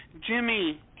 Jimmy